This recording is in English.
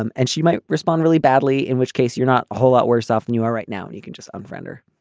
um and she might respond really badly in which case you're not a whole lot worse off than you are right now and you can just unfriend